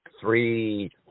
three